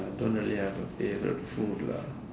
I don't really have a favourite food lah